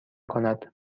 کند